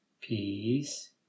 peace